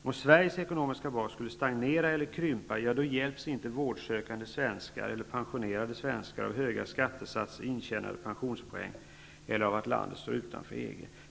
Om Sveriges ekonomiska bas skulle stagnera eller krympa, skulle inte vårdsökande svenskar eller pensionerade svenskar vara behjälpta av höga skatter, intjänade pensionspoäng eller ett utanförskap.